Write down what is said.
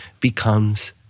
becomes